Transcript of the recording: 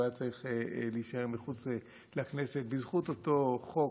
הוא היה צריך להישאר מחוץ לכנסת בזכות אותו חוק,